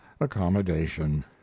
accommodation